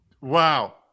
Wow